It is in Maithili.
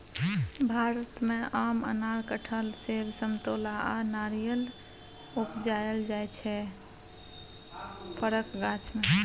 भारत मे आम, अनार, कटहर, सेब, समतोला आ नारियर उपजाएल जाइ छै फरक गाछ मे